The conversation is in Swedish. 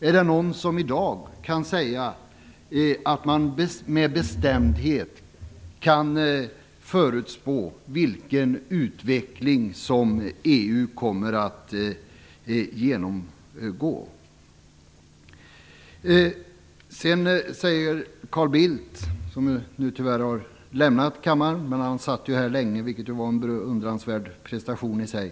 Är det någon som i dag kan säga att man med bestämdhet kan förutspå vilken utveckling EU kommer att genomgå? Carl Bildt har nu tyvärr lämnat kammaren. Han har suttit här länge, vilket var en beundransvärd prestation i sig.